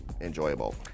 enjoyable